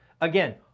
Again